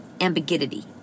Ambiguity